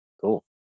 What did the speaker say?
Cool